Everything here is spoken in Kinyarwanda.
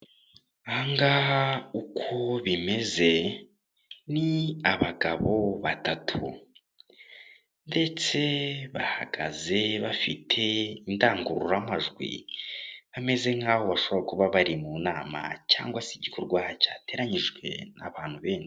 Aha ngaha uko bimeze ni abagabo batatu ndetse bahagaze bafite indangururamajwi bameze nk'aho bashobora kuba bari mu nama cyangwa se igikorwa cyateranyijwe n'abantu benshi.